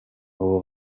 ubu